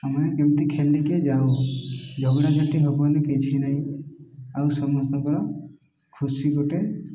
ସମୟ କେମିତି ଖେଳିକି ଯାଉ ଝଗଡ଼ା ଝାଟି ହବନି କିଛି ନାହିଁ ଆଉ ସମସ୍ତଙ୍କର ଖୁସି ଗୋଟେ